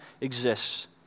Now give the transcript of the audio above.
exists